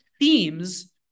themes